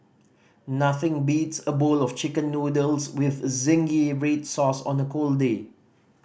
nothing beats a bowl of Chicken Noodles with zingy red sauce on a cold day